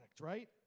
right